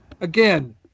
Again